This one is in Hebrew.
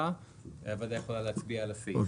הוועדה יכולה להצביע על הסעיף.